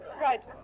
Right